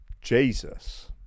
Jesus